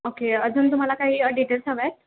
okay अजून तुम्हाला काही डिटेल्स हवे आहेत